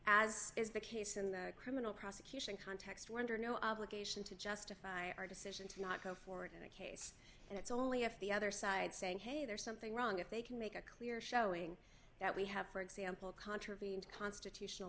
as is the case in the criminal prosecution context we're under no obligation to justify our decision to not go forward in the case and it's only if the other side saying hey there's something wrong if they can make a clear showing that we have for example contravened constitutional